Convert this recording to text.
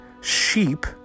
sheep